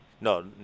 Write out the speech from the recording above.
No